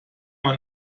man